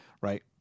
right